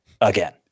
again